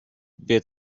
wer